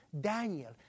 Daniel